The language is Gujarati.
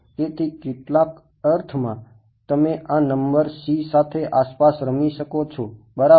તેથી કેટલાક અર્થમાં તમે આ નંબર c સાથે આસપાસ રમી શકો છો બરાબર